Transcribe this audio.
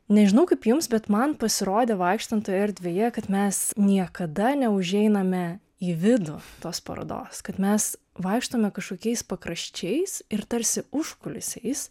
nežinau kaip jums bet man pasirodė vaikštant toje erdvėje kad mes niekada neužeiname į vidų tos parodos kad mes vaikštome kažkokiais pakraščiais ir tarsi užkulisiais